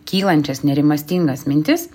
kylančias nerimastingas mintis